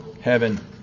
heaven